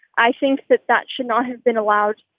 i think that that should not have been allowed